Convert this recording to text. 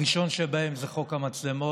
הראשון שבהם זה חוק המצלמות,